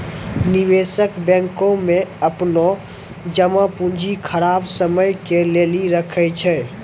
निवेशक बैंको मे अपनो जमा पूंजी खराब समय के लेली राखै छै